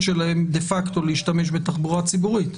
שלהם דה-פקטו להשתמש בתחבורה ציבורית.